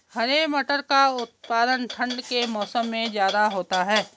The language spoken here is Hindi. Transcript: हरे मटर का उत्पादन ठंड के मौसम में ज्यादा होता है